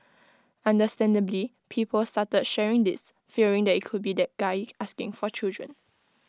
understandably people started sharing this fearing that IT could be that guy asking for children